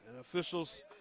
Officials